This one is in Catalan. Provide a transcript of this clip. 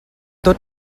tot